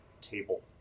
table